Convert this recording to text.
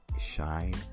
shine